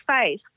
face